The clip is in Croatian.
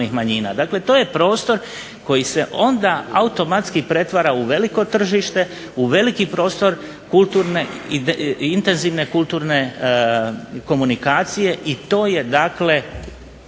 Dakle, to je prostor koji se onda automatski pretvara u veliko tržište u veliki prostor kulturne i intenzivne kulturne komunikacija. I to je dakle